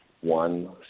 one